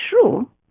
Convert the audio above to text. true